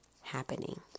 happening